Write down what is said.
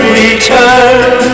return